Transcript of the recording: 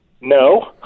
no